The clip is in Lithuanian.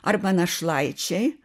arba našlaičiai